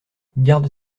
garde